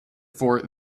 for